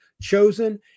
chosen